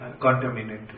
contaminate